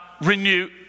renew